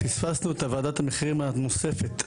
פספסנו את ועדת המחירים הנוספת,